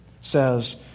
says